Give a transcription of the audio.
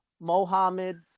mohammed